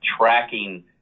tracking